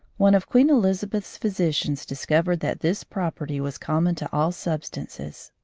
one of queen elizabeth's physicians discovered that this property was common to all substances.